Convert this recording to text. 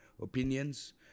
opinions